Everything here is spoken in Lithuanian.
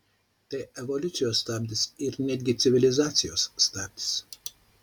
tai evoliucijos stabdis ir netgi civilizacijos stabdis